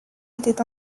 était